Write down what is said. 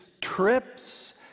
trips